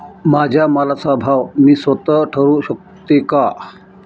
माझ्या मालाचा भाव मी स्वत: ठरवू शकते का?